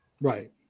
Right